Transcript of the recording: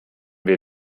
wir